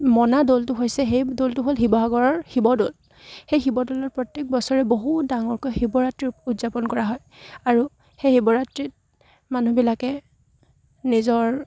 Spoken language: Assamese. মনা দৌলটো হৈছে সেই দৌলটো হ'ল শিৱসাগৰৰ শিৱদৌল সেই শিৱদৌলৰ প্ৰত্যেক বছৰে বহুত ডাঙৰকৈ শিৱৰাত্ৰি উদযাপন কৰা হয় আৰু সেই শিৱৰাত্ৰিত মানুহবিলাকে নিজৰ